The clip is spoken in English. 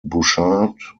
bouchard